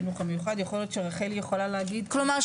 בוודאי יכולה לספר,